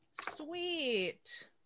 Sweet